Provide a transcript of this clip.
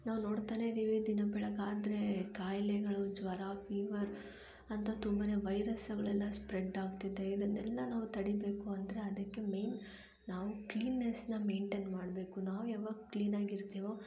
ನಾವು ನೋಡ್ತಾನೆ ಇದ್ದೀವಿ ದಿನ ಬೆಳಗಾದರೆ ಕಾಯಿಲೆಗಳು ಜ್ವರ ಫೀವರ್ ಅಂತ ತುಂಬಾ ವೈರಸ್ಸುಗಳೆಲ್ಲ ಸ್ಪ್ರೆಡ್ ಆಗ್ತಿದೆ ಇದನ್ನೆಲ್ಲ ನಾವು ತಡಿಬೇಕು ಅಂದರೆ ಅದಕ್ಕೆ ಮೇಯ್ನ್ ನಾವು ಕ್ಲೀನ್ನೆಸ್ಸನ್ನ ಮೇಯ್ನ್ಟೈನ್ ಮಾಡಬೇಕು ನಾವು ಯಾವಾಗ ಕ್ಲೀನ್ ಆಗಿರ್ತೀವೋ